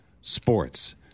sports